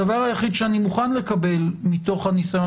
הדבר היחיד שאני מוכן לקבל מתוך הניסיון